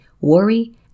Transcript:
worry